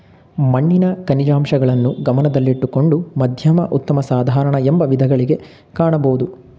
ಮಣ್ಣಿನ ಖನಿಜಾಂಶಗಳನ್ನು ಗಮನದಲ್ಲಿಟ್ಟುಕೊಂಡು ಮಧ್ಯಮ ಉತ್ತಮ ಸಾಧಾರಣ ಎಂಬ ವಿಧಗಳಗಿ ಕಾಣಬೋದು